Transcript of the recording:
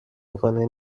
میکنه